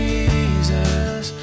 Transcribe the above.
Jesus